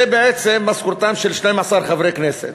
זה בעצם משכורתם של 12 חברי כנסת.